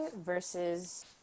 versus